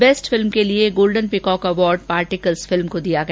best film के लिए golden peacock award particles film को दिया गया